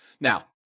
Now